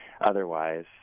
Otherwise